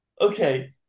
Okay